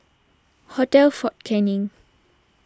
Hotel fort Canning